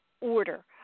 order